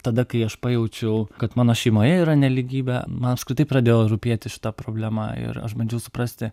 tada kai aš pajaučiau kad mano šeimoje yra nelygybė man apskritai pradėjo rūpėti šita problema ir aš bandžiau suprasti